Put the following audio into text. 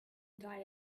die